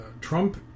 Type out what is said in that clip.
Trump